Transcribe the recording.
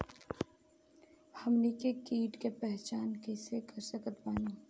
हमनी के कीट के पहचान कइसे कर सकत बानी?